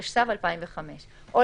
התשס"ו 2005‏ ,